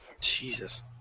Jesus